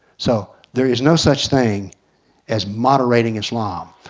so there is no such thing as moderating islam.